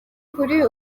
kuri